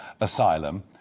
asylum